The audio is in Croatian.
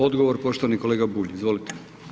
Odgovor poštovani kolega Bulj, izvolite.